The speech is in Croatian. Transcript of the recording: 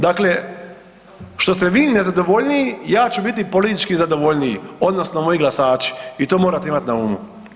Dakle, što ste vi nezadovoljniji, ja ću biti politički zadovoljniji odnosno moji glasači i to morate imati na umu.